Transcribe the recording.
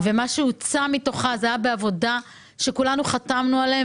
מה שהוצא מתוכה היה בעבודה שכולנו חתמנו עליה,